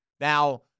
Now